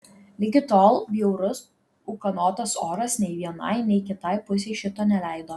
ligi tol bjaurus ūkanotas oras nei vienai nei kitai pusei šito neleido